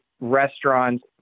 restaurants